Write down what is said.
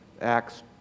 Acts